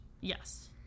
Yes